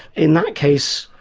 in that case,